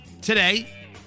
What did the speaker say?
today